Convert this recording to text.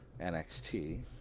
NXT